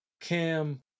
Cam